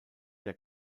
der